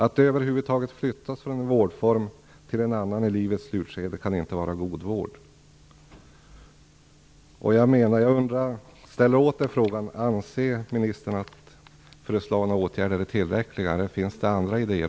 Att över huvud taget flyttas från en vårdform till en annan i livets slutskede kan inte vara god vård. Jag ställer åter frågan: Anser ministern att föreslagna åtgärder är tillräckliga, eller finns det även andra idéer?